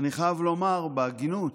אני חייב לומר בהגינות,